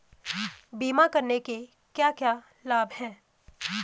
बीमा करने के क्या क्या लाभ हैं?